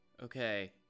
Okay